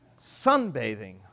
sunbathing